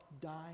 dying